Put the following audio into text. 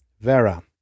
Vera